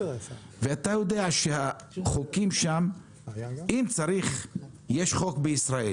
אתה יודע שהחוקים שם אם צריך יש חוק בישראל.